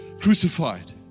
crucified